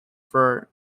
for